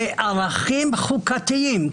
כערכים חוקתיים.